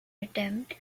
attempt